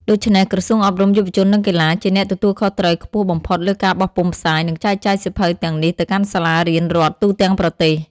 ដូច្នេះ ក្រសួងអប់រំ យុវជន និងកីឡា ជាអ្នកទទួលខុសត្រូវខ្ពស់បំផុតលើការបោះពុម្ពផ្សាយ និងចែកចាយសៀវភៅទាំងនេះទៅកាន់សាលារៀនរដ្ឋទូទាំងប្រទេស។